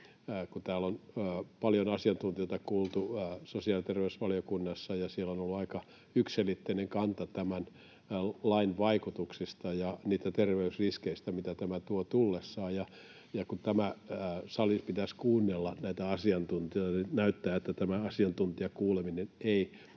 on paljon asiantuntijoita kuultu, niin siellä on ollut aika yksiselitteinen kanta tämän lain vaikutuksista ja niistä terveysriskeistä, mitä tämä tuo tullessaan, ja kun tämän salin pitäisi kuunnella näitä asiantuntijoita, niin nyt näyttää, että tämä asiantuntijakuuleminen ei